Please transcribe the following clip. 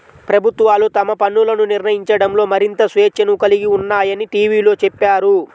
ప్రభుత్వాలు తమ పన్నులను నిర్ణయించడంలో మరింత స్వేచ్ఛను కలిగి ఉన్నాయని టీవీలో చెప్పారు